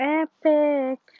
epic